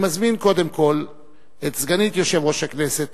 אני מזמין קודם כול את סגנית יושב-ראש הכנסת,